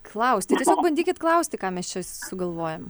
klausti tiesiog bandykit klausti ką mes čia sugalvojom